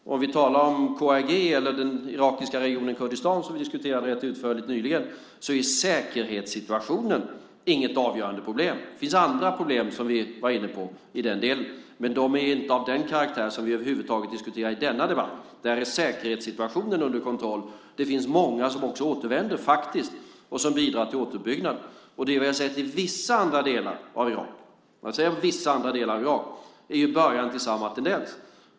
Om vi talar om KRG eller den irakiska regionen Kurdistan som vi diskuterade rätt utförligt nyligen är säkerhetssituationen inget avgörande problem. Det finns andra problem som vi var inne på i den delen. Men de är inte av den karaktär som vi diskuterar i denna debatt. Där är säkerhetssituationen under kontroll. Det finns också många som återvänder och bidrar till återuppbyggnaden. Det vi har sett i vissa andra delar av Irak - jag säger i vissa andra delar av Irak - är början till samma tendens.